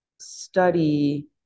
study